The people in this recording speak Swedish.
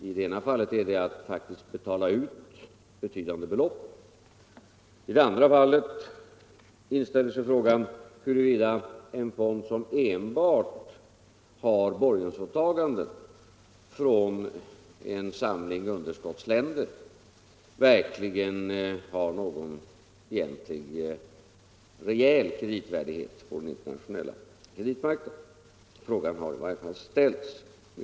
I det ena fallet gäller det att faktiskt betala ut betydande belopp, och i det andra fallet inställer sig frågan huruvida en fond som enbart har borgensåtaganden från en samling underskottsländer har någon egentlig, rejäl kreditvärdighet på den internationella kreditmarknaden. Den frågan har i varje fall ställts.